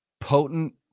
potent